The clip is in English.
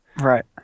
Right